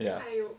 ya